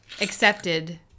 accepted